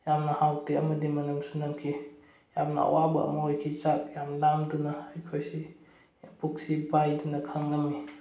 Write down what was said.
ꯌꯥꯝꯅ ꯍꯥꯎꯇꯦ ꯑꯃꯗꯤ ꯃꯅꯝꯁꯨ ꯅꯝꯈꯤ ꯌꯥꯝꯅ ꯑꯋꯥꯕ ꯑꯃ ꯑꯣꯏꯈꯤ ꯆꯥꯛ ꯌꯥꯝꯅ ꯂꯥꯝꯗꯨꯅ ꯑꯩꯈꯣꯏꯁꯤ ꯄꯨꯛꯁꯤ ꯄꯥꯏꯗꯨꯅ ꯈꯥꯡꯂꯝꯃꯤ